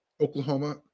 Oklahoma